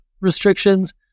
restrictions